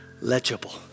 Legible